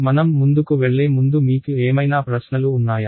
మనం ముందుకు వెళ్లే ముందు మీకు ఏమైనా ప్రశ్నలు ఉన్నాయా